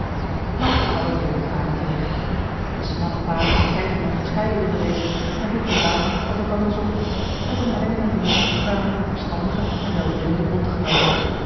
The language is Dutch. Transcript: maar alle dingen kwamen teregt de smalle paden scheidden wat gescheiden wilde wezen en voegde zamen wat elkander zocht en van hellingen en de jong waren een paar verstandige en welwillende bondgenooten